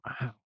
Wow